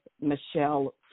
Michelle